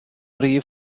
rif